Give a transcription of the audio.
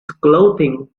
clothing